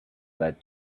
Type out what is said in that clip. that